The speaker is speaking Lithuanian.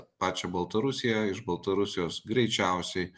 pačią baltarusiją iš baltarusijos greičiausiai